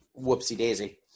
whoopsie-daisy